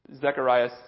Zechariah